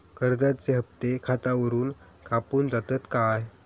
कर्जाचे हप्ते खातावरून कापून जातत काय?